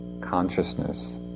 consciousness